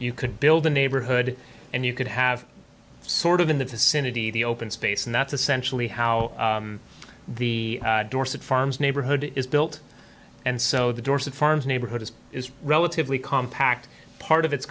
you could build a neighborhood and you could have sort of in the vicinity the open space and that's essentially how the dorset farms neighborhood is built and so the dorset farms neighborhood is is relatively compact part of it